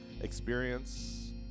experience